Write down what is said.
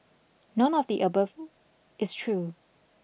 none of the above is true